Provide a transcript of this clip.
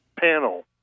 panel